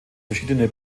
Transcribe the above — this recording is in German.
verschiedene